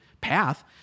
path